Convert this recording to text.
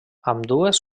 ambdues